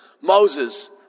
Moses